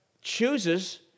chooses